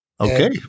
Okay